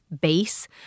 Base